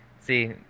See